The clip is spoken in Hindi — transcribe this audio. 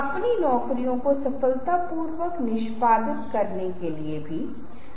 यह एक अलग बात है लेकिन चीजों पर भारी मत पड़ो